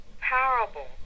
parable